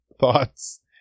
thoughts